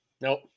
Nope